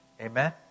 Amen